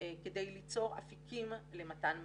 כדי ליצור אפיקים למתן מידע,